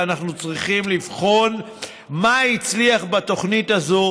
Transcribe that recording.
ואנחנו צריכים לבחון מה הצליח בתוכנית הזו